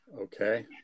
okay